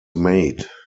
made